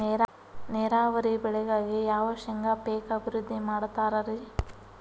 ನೇರಾವರಿ ಬೆಳೆಗಾಗಿ ಯಾವ ಶೇಂಗಾ ಪೇಕ್ ಅಭಿವೃದ್ಧಿ ಮಾಡತಾರ ರಿ?